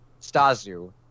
Stazu